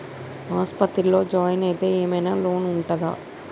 ఆస్పత్రి లో జాయిన్ అయితే ఏం ఐనా లోన్ ఉంటదా?